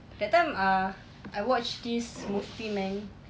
that time ah I watch this mufti menk